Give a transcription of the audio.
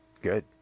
good